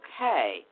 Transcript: okay